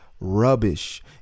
rubbish